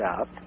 up